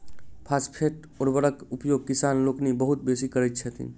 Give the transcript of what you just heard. phosphate उर्वरकक उपयोग किसान लोकनि बहुत बेसी करैत छथि